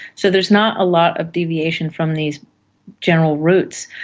so there's not a lot of deviation from these general routes.